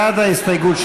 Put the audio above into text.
בעד ההסתייגות,